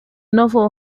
novel